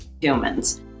humans